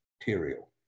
material